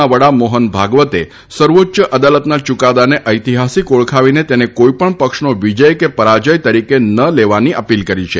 ના વડા મોહન ભાગવતે સર્વોચ્ય અદાલતના ચૂકાદાને ઐતિહાસિક ઓળખાવીને તેને કોઇ પણ પક્ષનો વિજય કે પરાજય તરીકે ન લેવાની અપીલ કરી છે